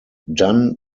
done